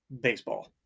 baseball